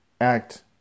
act